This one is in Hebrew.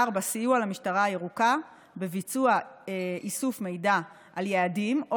4. סיוע למשטרה הירוקה בביצוע איסוף מידע על יעדים או